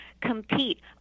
compete